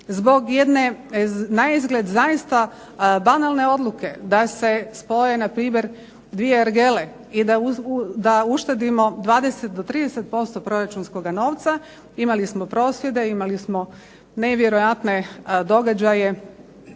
zbog jedne naizgled zaista banalne odluke da se spoje na primjer dvije ergele i da uštedimo 20 do 30% proračunskoga novca. Imali smo prosvjede. Imali smo nevjerojatne događaje